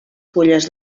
fulles